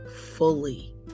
fully